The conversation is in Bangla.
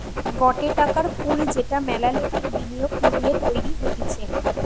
গটে টাকার পুল যেটা মেলা লোকের বিনিয়োগ মিলিয়ে তৈরী হতিছে